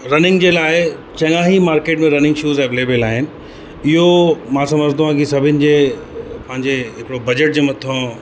running जे लाइ चङा ई मार्केट में रनिंग शूज़ अवलेबिल आहिनि इहो मां समुझंदो आहियां कि सभिनी जे पंहिंजे हिकिड़ो बजेट जे मथां